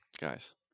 Guys